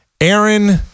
Aaron